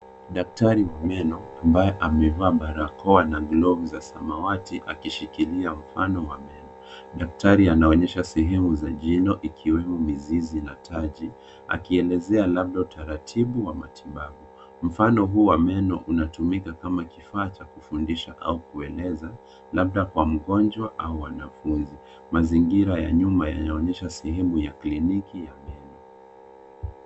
Daktari wa meno ambaye amevaa barakoa na glavu za samawati akishikilia mfano wa meno. Daktari anaonyesha sehemu za jino ikiwa mizizi na taji akielezea labda utaratibu wa matibabu. Mfano huu wa meno unatumika kama kifaa cha kufundisha au kueleza labda kwa mgonjwa au wanafunzi. Mazingira ya nyuma yanaonyesha sehemu ya kliniki ya meno.